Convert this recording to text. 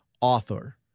author